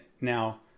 now